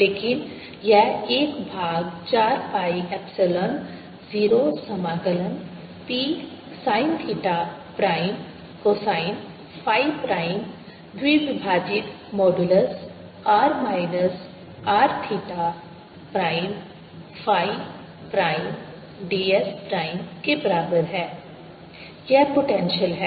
लेकिन यह 1 भाग 4 pi एप्सिलॉन 0 समाकलन P sin theta prime cosine phi prime द्विभाजित modulus r minus R theta prime phi prime ds prime के बराबर है यह पोटेंशियल है